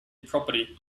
property